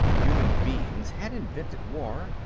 human beings had invented war,